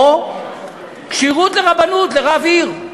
או כשירות לרב עיר.